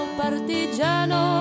partigiano